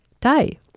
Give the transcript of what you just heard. day